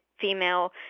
female